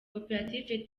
koperative